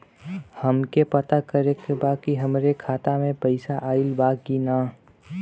हमके पता करे के बा कि हमरे खाता में पैसा ऑइल बा कि ना?